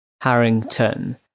Harrington